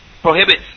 prohibits